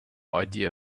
idea